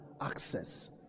access